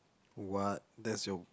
what that's your